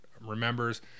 remembers